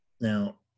Now